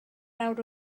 awr